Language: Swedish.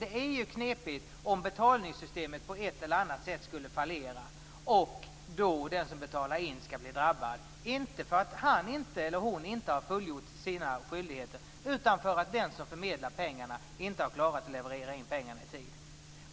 Det är ju knepigt om betalningssystemen på ett eller annat sätt skulle fallera och den som betalar in blir drabbad, inte därför att han eller hon inte har fullgjort sina skyldigheter, utan därför att den som förmedlar pengarna inte har klarat att leverera in pengarna i tid.